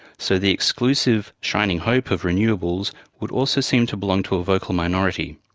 so the exclusive, shining hope of renewables would also seem to belong to a vocal minority.